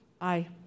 Aye